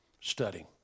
studying